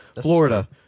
Florida